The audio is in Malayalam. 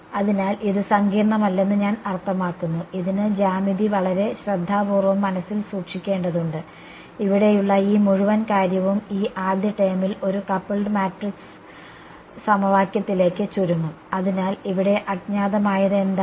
അതിനാൽ ഇത് സങ്കീർണ്ണമല്ലെന്ന് ഞാൻ അർത്ഥമാക്കുന്നു ഇതിന് ജ്യാമിതി വളരെ ശ്രദ്ധാപൂർവ്വം മനസ്സിൽ സൂക്ഷിക്കേണ്ടതുണ്ട് ഇവിടെയുള്ള ഈ മുഴുവൻ കാര്യവും ഈ ആദ്യ ടേമിൽ ഒരു കപ്പിൾഡ് മാട്രിക്സ് സമവാക്യത്തിലേക്ക് ചുരുങ്ങും അതിനാൽ ഇവിടെ അജ്ഞാതമായത് എന്താണ്